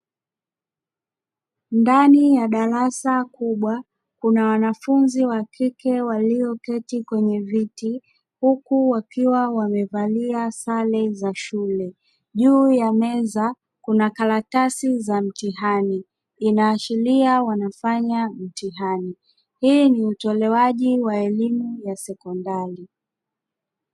Ndani ya darasa kubwa kuna wanafunzi wa kike walioketi kwenye viti huku wakiwa wamevalia sare za shule, juu ya meza kuna karatasi za mtihani inaashiria wanafanya mtihani hii ni utolewaji wa elimu ya sekondari.